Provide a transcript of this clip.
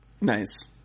nice